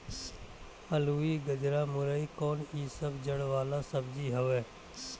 अलुई, गजरा, मूरइ कोन इ सब जड़ वाला सब्जी हवे